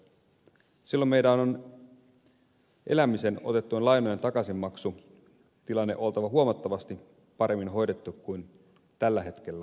silloin meillä on elämiseen otettujen lainojen takaisinmaksutilanteen oltava huomattavasti paremmin hoidettu kuin tällä hetkellä on